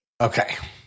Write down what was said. Okay